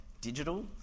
Digital